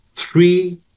Three